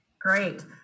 Great